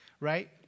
right